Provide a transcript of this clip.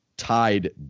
Tied